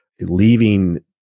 leaving